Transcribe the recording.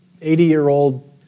80-year-old